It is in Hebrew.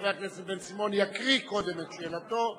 חבר הכנסת בן-סימון יקריא קודם את שאלתו.